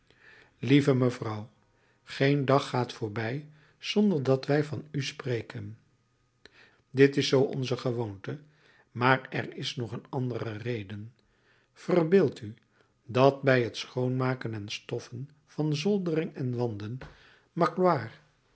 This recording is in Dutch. lieve mevrouw geen dag gaat voorbij zonder dat wij van u spreken dit is zoo onze gewoonte maar er is nog een andere reden verbeeld u dat bij het schoonmaken en stoffen van zoldering en wanden